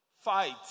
fight